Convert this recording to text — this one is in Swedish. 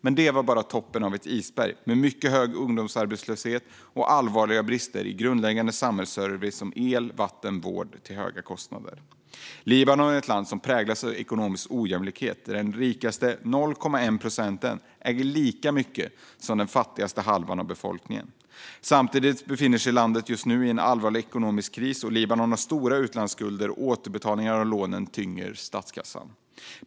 Men det var bara toppen av ett isberg av mycket hög ungdomsarbetslöshet och allvarliga brister i grundläggande samhällsservice som el, vatten och vård till höga kostnader. Libanon är ett land som präglas av ekonomisk ojämlikhet. Den rikaste 0,1 procenten äger lika mycket som den fattigaste halvan av befolkningen. Samtidigt befinner sig landet just nu i en allvarlig ekonomisk kris. Libanon har stora utlandsskulder, och återbetalningar av lånen tynger statskassan.